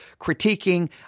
critiquing